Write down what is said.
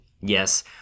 Yes